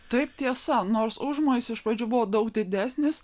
taip tiesa nors užmojis iš pradžių buvo daug didesnis